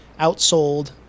outsold